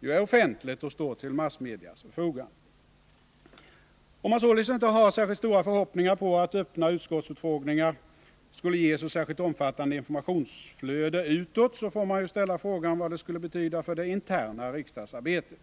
ju är offentligt och står till massmedias förfogande. Om man således inte har särskilt stora förhoppningar om att öppna utskottsutfrågningar skulle ge så särskilt omfattande informationsflöde utåt, får man ju ställa frågan vad det skulle betyda för det interna riksdagsarbetet.